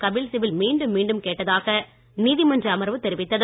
கபில் சிபல் மீண்டும் மீண்டும் கேட்டதாக நீதிமன்ற அமர்வு தெரிவித்தது